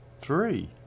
three